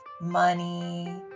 money